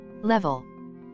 Level